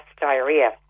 diarrhea